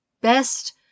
best